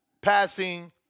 passing